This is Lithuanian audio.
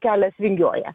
kelias vingiuoja